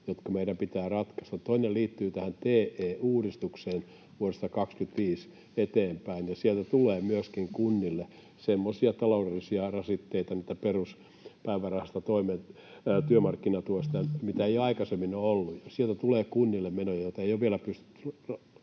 jotka meidän pitää ratkaista. Toinen liittyy tähän TE-uudistukseen vuodesta 25 eteenpäin. Sieltä tulee myöskin kunnille semmoisia taloudellisia rasitteita, mitä peruspäivärahasta ja työmarkkinatuesta ei aikaisemmin ole ollut. Sieltä tulee kunnille menoja, joita ei ole vielä pystytty